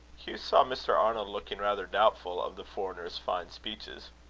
hugh saw mr. arnold looking rather doubtful of the foreigner's fine speeches.